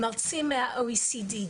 מרצים מה-OECD,